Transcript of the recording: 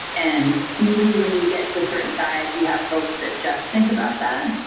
and maybe when you get to a certain size, you have folks that just think about that.